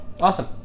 Awesome